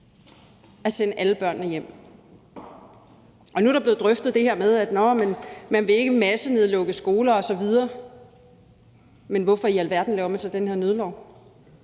at sende alle børnene hjem. Nu er der så blevet drøftet det her med, at man ikke vil massenedlukke skoler osv., men hvorfor i alverden laver man så den her nødlov?